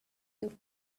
you